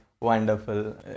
wonderful